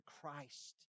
Christ